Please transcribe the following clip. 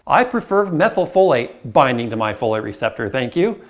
i prefer methylfolate binding to my folate receptor, thank you.